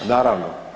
Naravno.